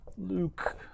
Luke